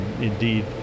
Indeed